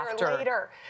later